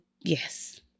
yes